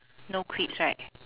no crisps right